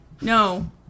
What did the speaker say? No